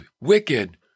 wicked